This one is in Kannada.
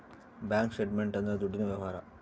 ಬ್ಯಾಂಕ್ ಸ್ಟೇಟ್ಮೆಂಟ್ ಅಂದ್ರ ದುಡ್ಡಿನ ವ್ಯವಹಾರ